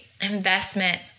investment